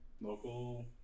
local